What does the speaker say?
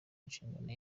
nshingano